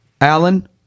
Allen